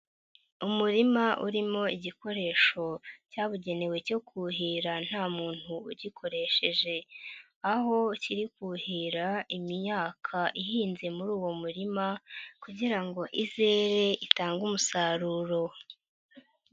Umurima urimo igikoresho cyabugenewe cyo kuhira nta muntu ugikoresheje, aho kiri kuhira imyaka ihinze muri uwo murima kugira ngo izere itange umusaruro.